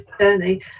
journey